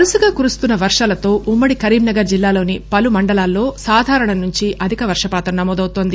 వరుసగా కురుస్తున్న వర్షాలతో ఉమ్మడి కరీంనగర్ జిల్లాలోని పలు మండలాల్లో సాధారణం నుండి అధిక వర్షపాతం నమోదవుతోంది